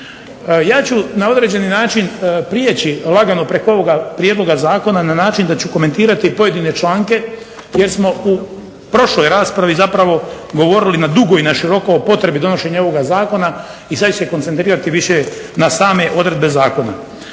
ja ću na određeni način prijeći lagano preko ovoga Prijedloga zakona na način da ću komentirati pojedine članke jer smo u prošloj raspravi zapravo govorili na dugo i široko o potrebi donošenja ovoga Zakona i sada ću se koncentrirati više na same odredbe zakona.